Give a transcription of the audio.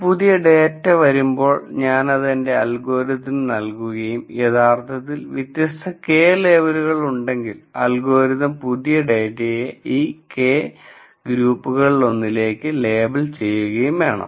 ഒരു പുതിയ ഡാറ്റാ വരുമ്പോൾ ഞാൻ അത് എന്റെ അൽഗോരിതത്തിനു നൽകുകയും യഥാർത്ഥത്തിൽ വ്യത്യസ്ത K ലേബലുകൾ ഉണ്ടെങ്കിൽ അൽഗോരിതം പുതിയ ഡേറ്റയെ ഈ K ഗ്രൂപ്പുകളിലൊന്നിലേക്ക് ലേബൽ ചെയ്യുകയും വേണം